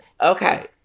Okay